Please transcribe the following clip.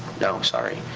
no, sorry.